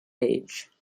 age